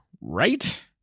right